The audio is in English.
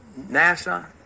NASA